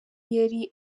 yari